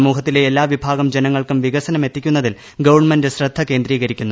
സമൂഹത്തിലെ എല്ലാ വിഭാഗം ജനങ്ങൾക്കും വികസനം എത്തിക്കുന്നതിൽ ഗവൺമെന്റ് ശ്രദ്ധ കേന്ദ്രീകരിക്കുന്നു